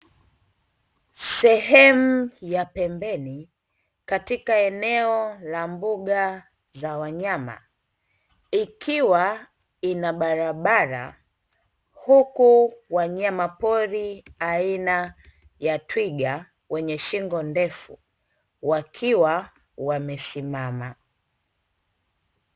Sehemu ya pembeni katika eneo la mbuga za wanyama, ikiwa ina barabara huku wanayama pori aina ya twiga wenye shingo ndefu wakiwa wamesimama.